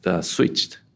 switched